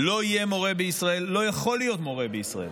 לא יהיה מורה בישראל, לא יכול להיות מורה בישראל.